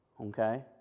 okay